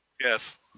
Yes